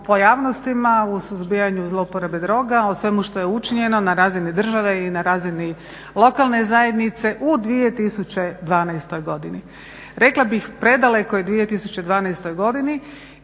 pojavnostima u suzbijanju zlouporabe droga, o svemu što je učinjeno na razini države i na razini lokalne zajednice u 2012. godini, rekla bih predalekoj 2012. godini.